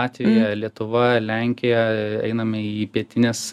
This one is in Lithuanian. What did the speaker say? latvija lietuva lenkija einame į pietines